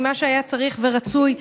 ממה שהיה צריך ורצוי,